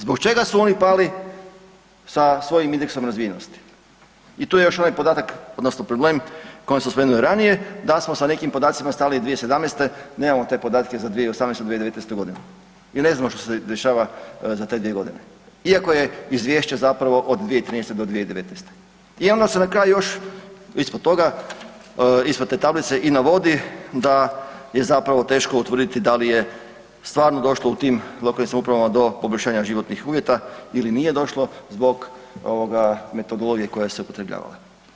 Zbog čega su oni pali sa svojim indeksom razvijenosti i tu je još onaj podatak, odnosno problem koji smo spomenuli ranije, da smo sa nekim podacima stali 2017., nemamo te podatke za 2018. i 2019. g. i ne znamo što se dešava za te dvije godine iako je Izvješće zapravo od 2013.-2019. i onda se na kraju još, ispod toga, ispod te tablice i navodi da je zapravo teško utvrditi da li je stvarno došlo u tim lokalnim samoupravama do poboljšanja životnih uvjeta ili nije došlo zbog metodologije koja se upotrebljavala.